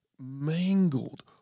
mangled